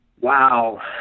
Wow